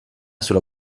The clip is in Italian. sulla